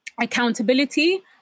accountability